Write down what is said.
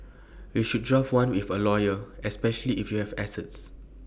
you should draft one with A lawyer especially if you have assets